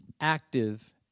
active